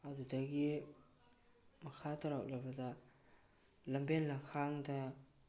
ꯑꯗꯨꯗꯒꯤ ꯃꯈꯥ ꯇꯥꯔꯛꯂꯕꯗ ꯂꯝꯕꯦꯜ ꯂꯝꯈꯥꯡꯗ